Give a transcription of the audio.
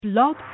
blog